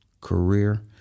career